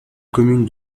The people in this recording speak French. commune